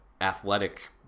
athletic